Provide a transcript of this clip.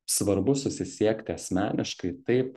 svarbu susisiekti asmeniškai taip